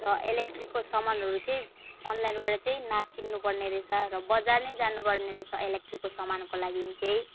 र इलेक्ट्रीको सामानहरू चाहिँ अनलाइनबाट चाहिँ न किन्नुपर्ने रहेछ र बजार नै जानपर्ने रहेछ इलेक्ट्रीको सामानको लागि चाहिँ